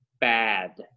bad